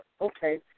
okay